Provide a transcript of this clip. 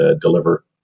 deliver